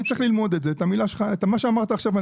אני צריך ללמוד את מה שאמרת עכשיו.